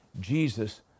Jesus